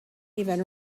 even